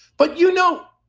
but, you know.